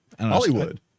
Hollywood